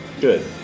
Good